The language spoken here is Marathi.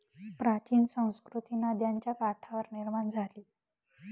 प्राचीन संस्कृती नद्यांच्या काठावर निर्माण झाली